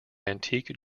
antique